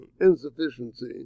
insufficiency